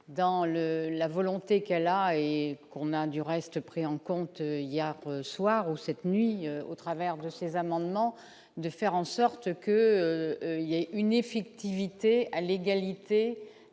dans le la volonté qu'elle a et qu'on a du reste préempte compte il y a ce soir ou cette nuit, au travers de ces amendements, de faire en sorte que, il y a une effectivité à l'égalité